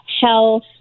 health